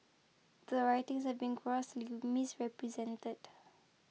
the writings have been grossly misrepresented